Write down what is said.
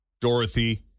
Dorothy